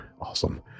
awesome